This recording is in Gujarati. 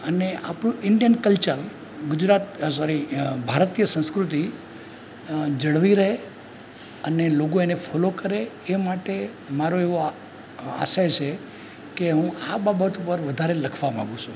અને આપણું ઈન્ડિયન કલ્ચર ગુજરાત સોરી ભારતીય સંસ્કૃતિ જળવાઈ રહે અને લોકો એને ફૉલો કરે એ માટે મારો એવો આ આશય છે કે હું આ બાબત ઉપર વધારે લખવા માગુ છું